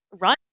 run